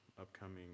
upcoming